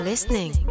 Listening